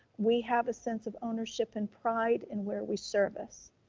we have a sense of ownership and pride in where we service.